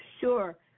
sure